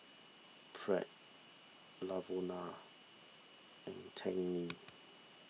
Pratt Lavona and Dagny